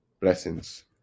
Blessings